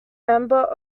member